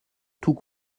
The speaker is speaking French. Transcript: tout